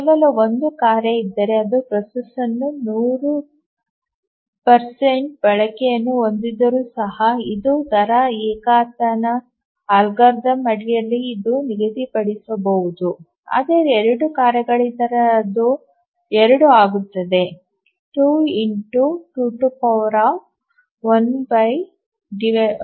ಕೇವಲ 1 ಕಾರ್ಯ ಇದ್ದರೆ ಅದು ಪ್ರೊಸೆಸರ್ನ 100 ಬಳಕೆಯನ್ನು ಹೊಂದಿದ್ದರೂ ಸಹ ಇನ್ನೂ ದರ ಏಕತಾನ ಅಲ್ಗಾರಿದಮ್ ಅಡಿಯಲ್ಲಿ ಇದನ್ನು ನಿಗದಿಪಡಿಸಬಹುದು ಆದರೆ 2 ಕಾರ್ಯಗಳಿದ್ದರೆ ಅದು 2 ಆಗುತ್ತದೆ 2212 1 22 1 2 1